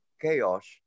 chaos